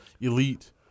elite